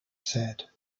said